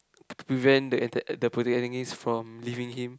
to prevent the ata~ the protagonist from leaving him